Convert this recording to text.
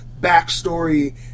backstory